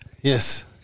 Yes